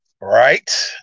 Right